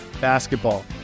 basketball